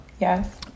Yes